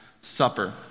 Supper